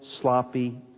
sloppy